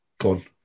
Gone